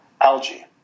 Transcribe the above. algae